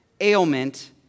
ailment